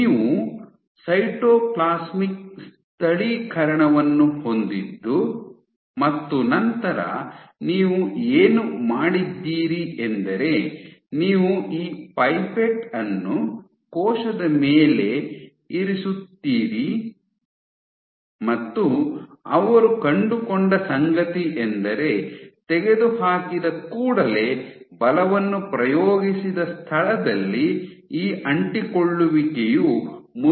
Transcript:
ನೀವು ಸೈಟೋಪ್ಲಾಸ್ಮಿಕ್ ಸ್ಥಳೀಕರಣವನ್ನು ಹೊಂದಿದ್ದು ಮತ್ತು ನಂತರ ನೀವು ಏನು ಮಾಡಿದ್ದೀರಿ ಎಂದರೆ ನೀವು ಈ ಪೈಪೆಟ್ ಅನ್ನು ಕೋಶದ ಮೇಲೆ ಸುತ್ತಿರುತ್ತೀರಿ ಮತ್ತು ಅವರು ಕಂಡುಕೊಂಡ ಸಂಗತಿಯೆಂದರೆ ತೆಗೆದುಹಾಕಿದ ಕೂಡಲೇ ಬಲವನ್ನು ಪ್ರಯೋಗಿಸಿದ ಸ್ಥಳದಲ್ಲಿ ಈ ಅಂಟಿಕೊಳ್ಳುವಿಕೆಯು ಮುನ್ನೆಲೆಗೆ ಬರುತ್ತದೆ